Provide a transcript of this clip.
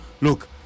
look